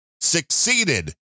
succeeded